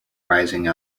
rising